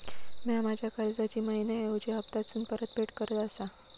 म्या माझ्या कर्जाची मैहिना ऐवजी हप्तासून परतफेड करत आसा